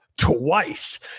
twice